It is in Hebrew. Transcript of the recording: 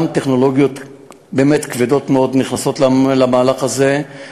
גם טכנולוגיות באמת כבדות מאוד נכנסות למהלך הזה.